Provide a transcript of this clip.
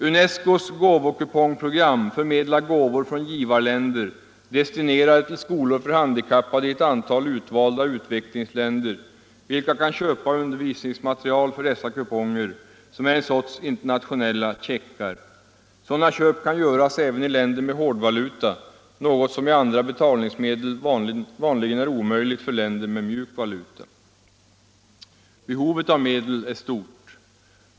UNESCO:s gåvokupongprogram förmedlar givarländers gåvor, destinerade till skolor för handikappade i ett antal utvalda utvecklingsländer vilka kan köpa undervisningsmateriel för dessa kuponger, som är en sorts internationella checkar. Sådana köp kan göras även i länder med hårdvaluta, något som med andra betalningsmedel vanligen är omöjligt för länder med ”mjuk” valuta. Behovet av medel är stort.